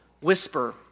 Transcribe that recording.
whisper